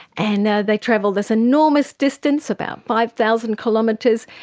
and they travelled this enormous distance, about five thousand kilometres,